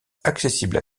accessible